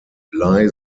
blei